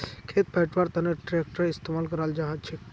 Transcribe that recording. खेत पैटव्वार तनों ट्रेक्टरेर इस्तेमाल कराल जाछेक